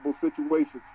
situations